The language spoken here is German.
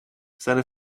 seine